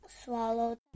swallowed